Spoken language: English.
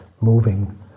moving